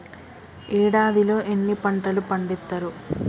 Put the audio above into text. ఏడాదిలో ఎన్ని పంటలు పండిత్తరు?